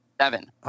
Seven